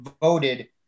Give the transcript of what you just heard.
voted